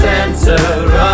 Center